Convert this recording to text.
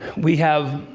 we have